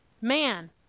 man